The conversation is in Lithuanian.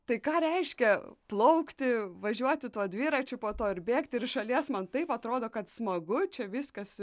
tai ką reiškia plaukti važiuoti tuo dviračiu po to ir bėgti ir iš šalies man taip atrodo kad smagu čia viskas